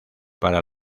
para